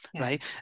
right